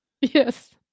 Yes